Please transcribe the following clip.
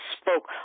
spoke